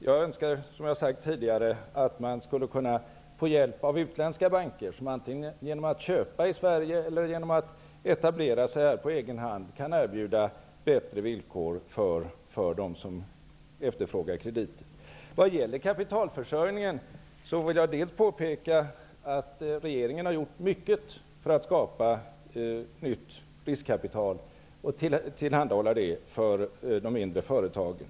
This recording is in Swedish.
Jag önskar, som jag sagt tidigare, att man skulle få hjälp av utländska banker vilka genom att antingen köpa i Sverige eller etablera sig här på egen hand kan erbjuda bättre villkor för dem som efterfrågar krediter. Vad gäller kapitalförsörjningen vill jag påpeka att regeringen har gjort mycket för att skapa nytt riskkapital och tillhandahålla det för de mindre företagen.